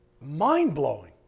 mind-blowing